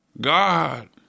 God